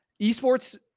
esports